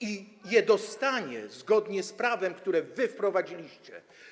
i je dostanie zgodnie z prawem, które wy wprowadziliście.